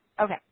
Okay